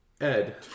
Ed